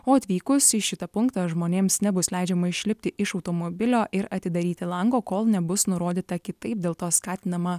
o atvykus į šitą punktą žmonėms nebus leidžiama išlipti iš automobilio ir atidaryti lango kol nebus nurodyta kitaip dėl to skatinama